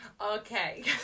Okay